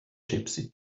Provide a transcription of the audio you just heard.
gypsy